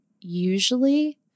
usually